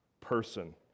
person